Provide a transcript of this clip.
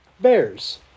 Bears